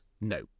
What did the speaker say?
no